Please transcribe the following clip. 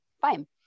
Fine